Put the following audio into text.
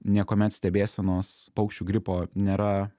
niekuomet stebėsenos paukščių gripo nėra